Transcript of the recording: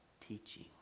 teaching